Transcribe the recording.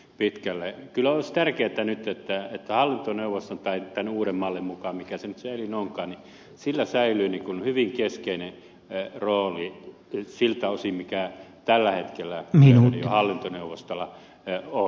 kyllä olisi tärkeätä nyt että hallintoneuvostolla tai mikä se elin nyt onkaan tämän uuden mallin mukaan säilyy hyvin keskeinen rooli siltä osin mikä tällä hetkellä yleisradion hallintoneuvostolla on